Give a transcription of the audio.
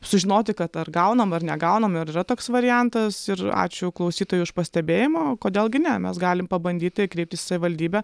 sužinoti kad ar gaunam ar negaunam ar yra toks variantas ir ačiū klausytojui už pastebėjimą kodėl gi ne mes galim pabandyti kreiptis į savivaldybę